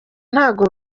ntabwo